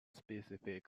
specific